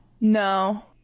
No